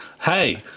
hey